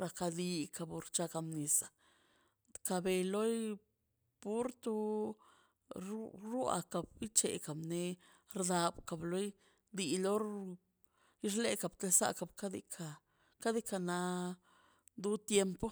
la kadi la kabdorcha kamisa ka be loi purto ru- ruaka bic̱heka bne brza kab loi dii lor irseka kapsa kap kadika kadika na du tiempo